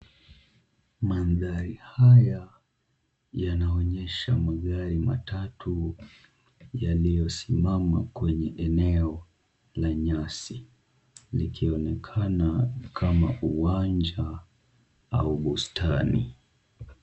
Mandhari haya yanaonyesha magari matatu yaliyosimama kwenye eneo la nyasi, likionekana ni kama uwanja ama bustani.